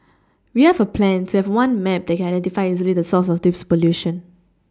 we have a plan to have one map that can identify easily the source of this pollution